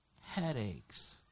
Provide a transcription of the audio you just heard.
Headaches